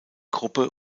gruppe